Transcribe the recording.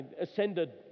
ascended